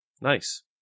nice